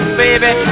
baby